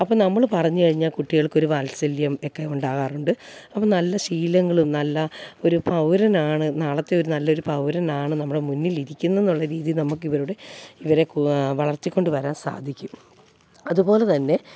അപ്പോൾ നമ്മൾ പറഞ്ഞ് കഴിഞ്ഞാൽ കുട്ടികൾക്കൊരു വാത്സല്യം ഒക്കെ ഉണ്ടാകാറുണ്ട് അപ്പോൾ നല്ല ശീലങ്ങളും നല്ല ഒരു പൗരനാണ് നാളത്തെ ഒരു നല്ലൊരു പൗരനാണ് നമ്മുടെ മുന്നിലിരിക്കുന്നതെന്നുള്ള രീതി നമുക്ക് ഇവരുടെ ഇവരെ കു വളര്ത്തി കൊണ്ടുവരാൻ സാധിക്കും അതുപോലെ തന്നെ